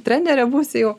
trenere būsiu jau